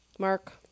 Mark